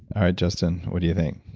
alright justin what do you think?